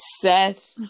seth